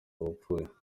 wapfuye